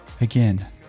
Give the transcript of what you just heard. Again